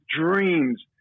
dreams